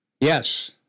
Yes